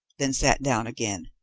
then sat down again.